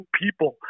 people